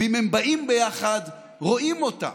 ואם הם באים ביחד רואים אותם.